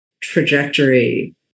trajectory